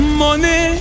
money